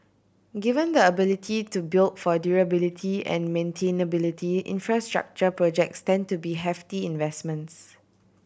given the ability to build for durability and maintainability infrastructure projects tend to be hefty investments